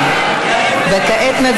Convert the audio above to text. כי מחר,